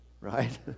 right